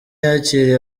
yakiriye